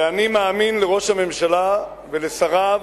ואני מאמין לראש הממשלה ולשריו,